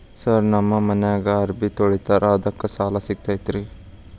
Sir ನಮ್ಮ ಮನ್ಯಾಗ ಅರಬಿ ತೊಳಿತಾರ ಅದಕ್ಕೆ ಸಾಲ ಸಿಗತೈತ ರಿ?